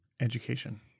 education